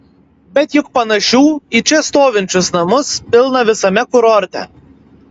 bet juk panašių į čia stovinčius namus pilna visame kurorte